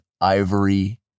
ivory